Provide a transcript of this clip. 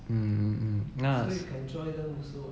mm mm mm 那 s~